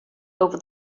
over